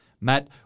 Matt